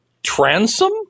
Transom